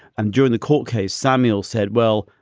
and during the court case, samuel said, well,